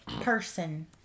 Person